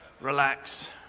Relax